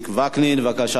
בבקשה, אדוני.